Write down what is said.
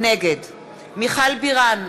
נגד מיכל בירן,